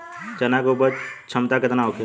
चना के उपज क्षमता केतना होखे?